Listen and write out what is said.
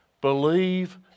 Believe